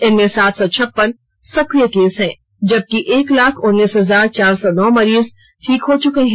इनमें सात सौ छपन्न सक्रिय केस हैं जबकि एक लाख उन्नीस हजार चार सौ नौ मरीज ठीक हो चुके हैं